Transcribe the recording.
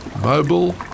Mobile